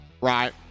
right